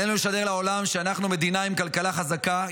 עלינו לשדר לעולם שאנחנו מדינה עם כלכלה חזקה,